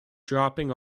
dropping